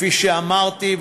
כפי שאמרתי,